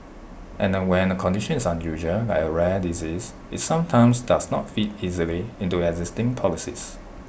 and when A condition is unusual like A rare disease IT sometimes does not fit easily into existing policies